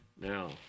Now